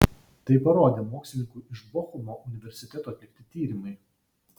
tai parodė mokslininkų iš bochumo universiteto atlikti tyrimai